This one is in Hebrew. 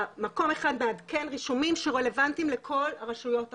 המקום האחד מעדכן רישומים שרלוונטיים לכל הרשויות האחרות.